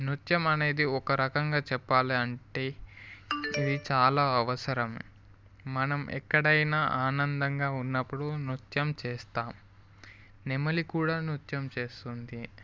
నృత్యం అనేది ఒక రకంగా చెప్పాలంటే ఇది చాలా అవసరం మనం ఎక్కడైనా ఆనందంగా ఉన్నప్పుడు నృత్యం చేస్తాం నెమలి కూడా నృత్యం చేస్తుంది